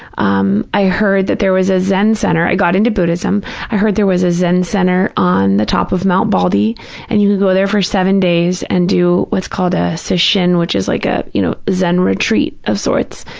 um i heard that there was a zen center, i got into buddhism. i heard there was a zen center on the top of mount baldy and you could go there for seven days and do what's called a sesshin, which is like a, you know, zen retreat of sorts.